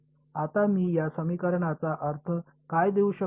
आता मी या समीकरणाला अर्थ काय देऊ शकतो